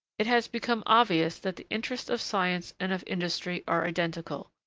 it has become obvious that the interests of science and of industry are identical,